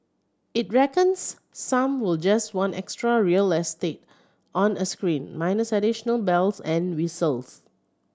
it reckons some will just want extra real estate on a screen minus additional bells and whistles